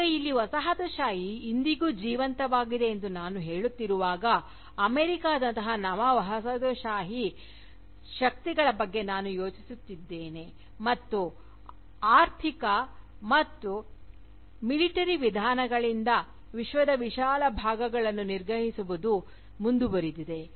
ಈಗ ಇಲ್ಲಿ ವಸಾಹತುಶಾಹಿ ಇಂದಿಗೂ ಜೀವಂತವಾಗಿದೆ ಎಂದು ನಾನು ಹೇಳುತ್ತಿರುವಾಗ ಅಮೆರಿಕದಂತಹ ನವ ವಸಾಹತುಶಾಹಿ ಶಕ್ತಿಗಳ ಬಗ್ಗೆ ನಾನು ಯೋಚಿಸುತ್ತಿದ್ದೇನೆ ಇದು ಆರ್ಥಿಕ ಮತ್ತು ಮಿಲಿಟರಿ ವಿಧಾನಗಳಿಂದ ವಿಶ್ವದ ವಿಶಾಲ ಭಾಗಗಳನ್ನು ನಿಗ್ರಹಿಸುವುದನ್ನು ಮುಂದುವರೆಸಿದೆ